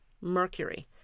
mercury